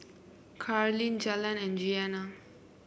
Carlene Jalen and Jeana